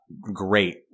great